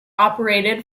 operated